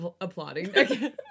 applauding